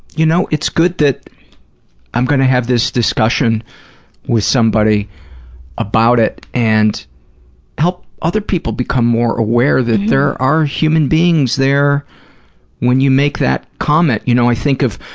you know, it's good that i'm going to have this discussion with somebody about it and help other people become more aware that there are human beings there when you make that comment. you know, i think of